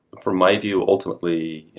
from my view ultimately,